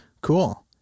Cool